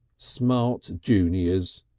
smart juniors,